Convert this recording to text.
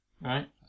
Right